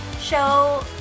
show